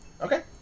Okay